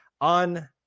on